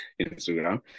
Instagram